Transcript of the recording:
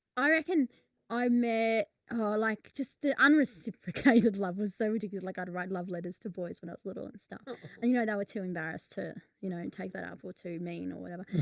i reckon i met, oh, like just the unreciprocated love was so ridiculous. like i'd write love letters to boys when i was little and stuff and you know, that were too embarrassed to, you know, and take that out for to mean or whatever.